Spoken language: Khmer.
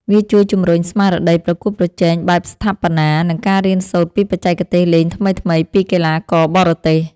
វាជួយជម្រុញស្មារតីប្រកួតប្រជែងបែបស្ថាបនា និងការរៀនសូត្រពីបច្ចេកទេសលេងថ្មីៗពីកីឡាករបរទេស។